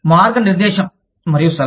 మార్గనిర్దేశం మరియు సలహా